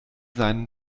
seinen